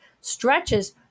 stretches